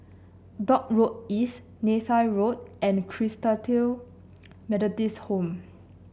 Dock Road East Neythal Road and Christalite Methodist Home